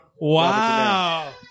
Wow